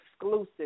exclusive